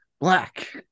black